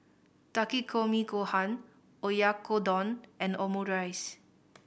Takikomi Gohan Oyakodon and Omurice